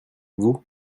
vous